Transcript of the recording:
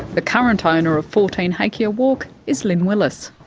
the current ah owner of fourteen hakea walk is lyn willis.